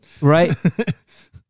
right